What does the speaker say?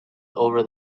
over